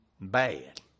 bad